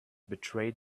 betrayed